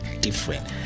different